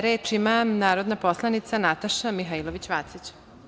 Reč ima narodna poslanica Nataša Mihailović Vacić.